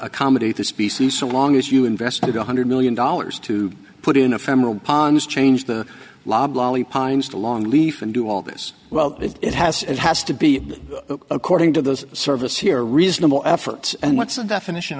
accommodate the species so long as you invested one hundred million dollars to put in a femoral ponds change the loblolly pines to longleaf and do all this well if it has it has to be according to those service here reasonable efforts and what's the definition